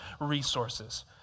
resources